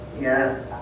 Yes